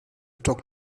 talk